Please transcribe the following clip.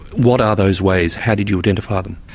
what are those ways how did you identify them?